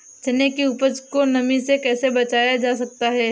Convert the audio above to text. चने की उपज को नमी से कैसे बचाया जा सकता है?